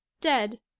Dead